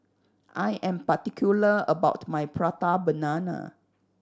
I am particular about my Prata Banana